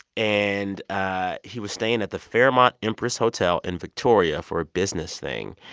and ah he was staying at the fairmont empress hotel in victoria for a business thing.